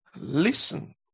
listen